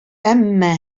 әмма